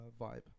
vibe